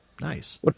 Nice